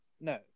No